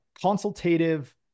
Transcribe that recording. consultative